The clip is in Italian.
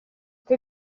che